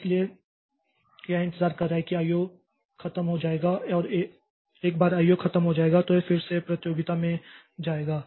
इसलिए यह इंतजार कर रहा है कि आईओ खत्म हो जाएगा और एक बार आईओ खत्म हो जाएगा तो यह फिर से प्रतियोगिता में जाएगा